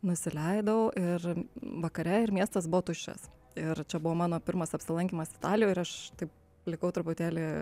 nusileidau ir vakare ir miestas buvo tuščias ir čia buvo mano pirmas apsilankymas italijoj ir aš taip likau truputėlį